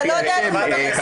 אתה לא יודע לבדוק גם את זה.